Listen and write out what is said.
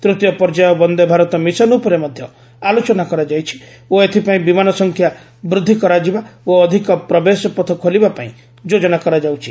ତୂତୀୟ ପର୍ଯ୍ୟାୟ ବନ୍ଦେ ଭାରତ ମିଶନ୍ ଉପରେ ମଧ୍ୟ ଆଲୋଚନା କରାଯାଇଛି ଓ ଏଥିପାଇଁ ବିମାନ ସଂଖ୍ୟା ବୃଦ୍ଧି କରାଯିବା ଓ ଅଧିକ ପ୍ରବେଶପଥ ଖୋଲିବା ପାଇଁ ଯୋଜନା କରାଯାଉଛି